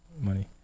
money